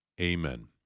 Amen